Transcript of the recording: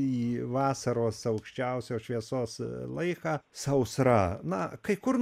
į vasaros aukščiausios šviesos laiką sausra na kai kur